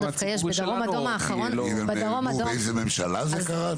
דווקא בדרום אדום האחרון --- אתם יודעים באיזו ממשלה זה קרה?